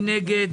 מי נגד?